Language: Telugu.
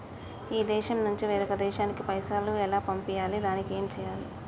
ఈ దేశం నుంచి వేరొక దేశానికి పైసలు ఎలా పంపియ్యాలి? దానికి ఏం చేయాలి?